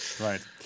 Right